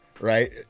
Right